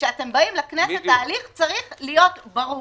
וכשאתם באים לכנסת ההליך צריך להיות ברור.